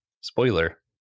spoiler